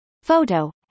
Photo